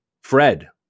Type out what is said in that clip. Fred